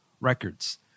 records